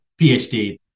PhD